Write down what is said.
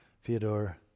Fyodor